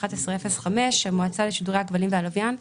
391105 המועצה לשידורי הכבלים והלוויין.